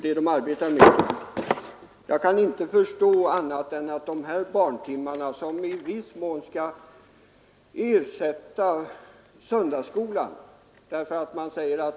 Dessa barntimmar ersätter i viss mån söndagsskolan.